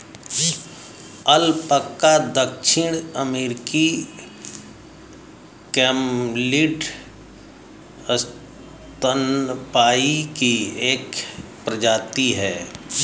alpaca दक्षिण अमेरिकी camelid स्तनपायी की एक प्रजाति है